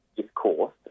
discourse